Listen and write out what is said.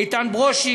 איתן ברושי,